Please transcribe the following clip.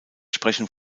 sprechen